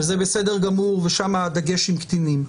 וזה בסדר גמור, ושם הדגש עם קטינים.